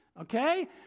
Okay